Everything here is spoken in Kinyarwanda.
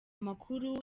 amakuru